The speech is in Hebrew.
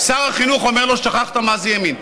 שר החינוך אומר לו: שכחת מה זה ימין.